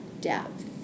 depth